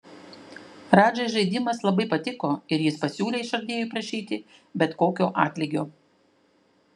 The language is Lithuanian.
radžai žaidimas labai patiko ir jis pasiūlė išradėjui prašyti bet kokio atlygio